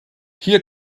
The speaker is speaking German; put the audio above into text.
hier